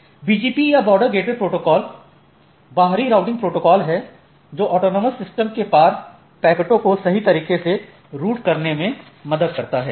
BGP या border gateway protocol बाहरी routing protocol है जो ऑटॉनमस सिस्टमों के पार पैकेट को सही तरीके से रूट करने में मदद करता है